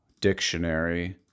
dictionary